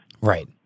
Right